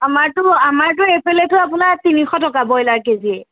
আমাৰতো আমাৰতো এইফালেতো আপোনাৰ তিনিশ টকা ব্ৰইলাৰ কেজি